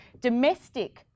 domestic